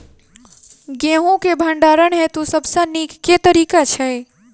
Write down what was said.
गेंहूँ केँ भण्डारण हेतु सबसँ नीक केँ तरीका छै?